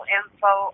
info